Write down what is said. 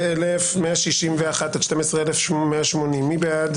12,101 עד 12,120, מי בעד?